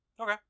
Okay